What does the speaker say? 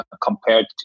compared